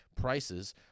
prices